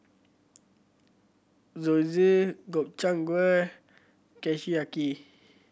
Zosui Gobchang Gui Kushiyaki